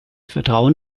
vertrauen